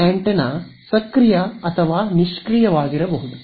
ಈ ಆಂಟೆನಾ ಸಕ್ರಿಯ ಅಥವಾ ನಿಷ್ಕ್ರಿಯವಾಗಿರಬಹುದು